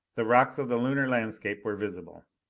the rocks of the lunar landscape were visible.